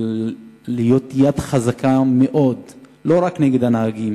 לנקוט יד חזקה מאוד לא רק נגד הנהגים,